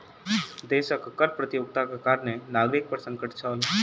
देशक कर प्रतियोगिताक कारणें नागरिक पर संकट छल